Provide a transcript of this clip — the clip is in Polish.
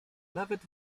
nawet